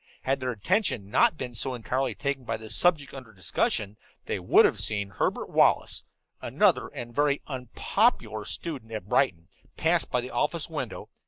had their attention not been so entirely taken by the subject under discussion they would have seen herbert wallace another and very unpopular student at brighton pass by the office window,